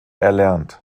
erlernt